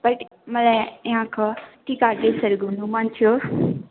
मलाई यहाँको टी गार्डन्सहरू घुम्नु मन थियो